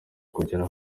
kugera